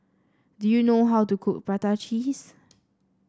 do you know how to cook Prata Cheese